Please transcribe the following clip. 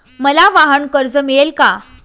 मला वाहनकर्ज मिळेल का?